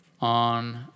on